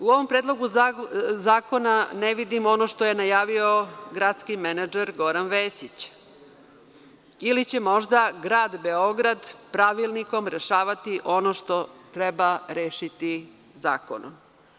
U ovom predlogu zakona ne vidim ono što je najavio gradski menadžer Goran Vesić ili će možda Grad Beograd pravilnikom rešavati ono što treba rešiti zakonom?